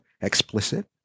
explicit